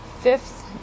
fifth